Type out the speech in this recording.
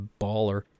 baller